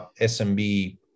SMB